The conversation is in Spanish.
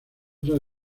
tras